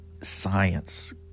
science